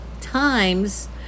times